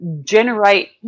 generate